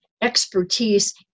expertise